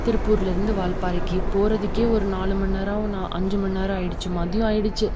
திருப்பூர்லேருந்து வால்பாறைக்கு போகிறதுக்கே ஒரு நாலு மணி நேரம் அஞ்சு மணி நேரம் ஆகிடிச்சி மதியம் ஆகிடிச்சி